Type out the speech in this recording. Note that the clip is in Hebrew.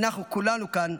אנחנו כולנו כאן,